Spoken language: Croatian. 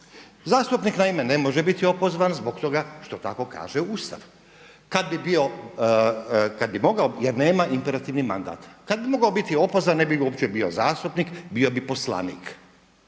Zastupnik naime ne može biti opozvan zbog toga što tako kaže Ustav. Kada biti bio, kada bi mogao, jer nema imperativni mandat, kada bi mogao biti opozvan ne bi uopće bio zastupnik, bio bi poslanik.